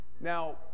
Now